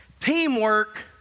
teamwork